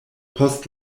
post